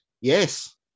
Yes